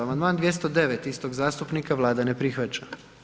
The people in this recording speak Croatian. Amandman 209. istog zastupnika, Vlada ne prihvaća.